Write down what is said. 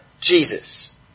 Jesus